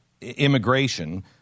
immigration